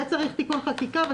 זה צריך תיקון חקיקה.